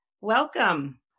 Welcome